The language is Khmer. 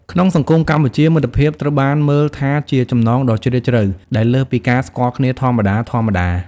ក្នុងសង្គមកម្ពុជា មិត្តភាពត្រូវបានមើលថាជាចំណងដ៏ជ្រាលជ្រៅ ដែលលើសពីការស្គាល់គ្នាធម្មតាៗ។